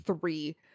three